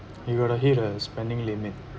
you gotta hit a spending limit